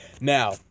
now